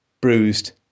bruised